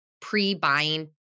pre-buying